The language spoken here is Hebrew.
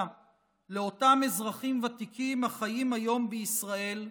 לאותם אזרחים ותיקים החיים היום בישראל,